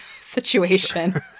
situation